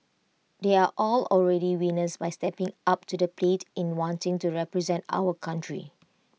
they are all already winners by stepping up to the plate in wanting to represent our country